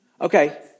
Okay